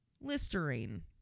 Listerine